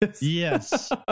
yes